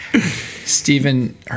Stephen